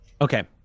okay